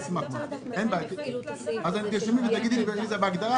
אם זה בהגדרה